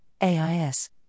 AIS